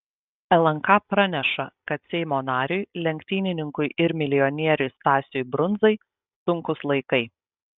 lnk praneša kad seimo nariui lenktynininkui ir milijonieriui stasiui brundzai sunkūs laikai